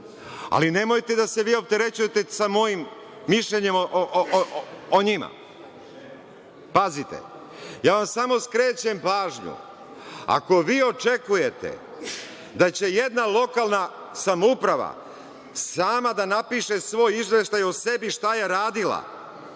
ali nemojte da se vi opterećujete sa mojim mišljenjem o njima. Pazite, ja vam samo skrećem pažnju, ako vi očekujete da će jedna lokalna samouprava sama da napiše svoj izveštaj o sebi šta je radila,